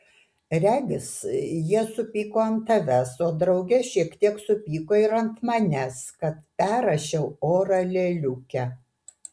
regis jie supyko ant tavęs o drauge šiek tiek supyko ir ant manęs kad perrašiau oro lėliukę